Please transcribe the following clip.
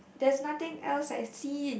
there's nothing else I see